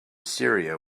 syria